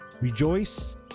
Rejoice